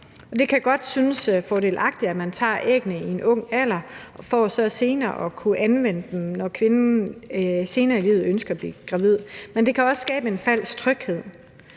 det kan godt synes fordelagtigt, at man tager æggene i ung alder for så senere at kunne anvende dem, når kvinden senere i livet ønsker at blive gravid. Men det kan også skabe en falsk tryghed,